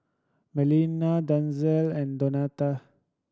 Marlena Denzel and Donta